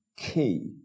key